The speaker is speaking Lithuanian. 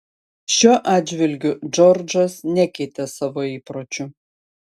šiuo atžvilgiu džordžas nekeitė savo įpročių